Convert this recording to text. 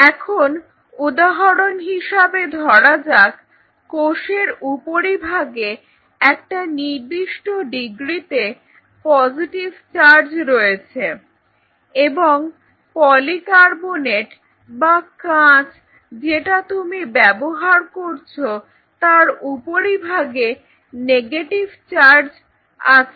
এখন উদাহরণ হিসেবে ধরা যাক কোষের উপরিভাগে একটা নির্দিষ্ট ডিগ্রিতে পজিটিভ চার্জ রয়েছে এবং পলিকার্বনেট বা কাঁচ যেটা তুমি ব্যবহার করছ তার উপরিভাগে নেগেটিভ চার্জ আছে